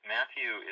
Matthew